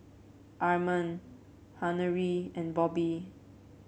Armand Henery and Bobbie